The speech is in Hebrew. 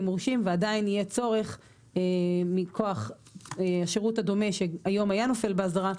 מורשים ועדיין יהיה צורך מכוח השירות הדומה שהיום היה נפל באסדרה,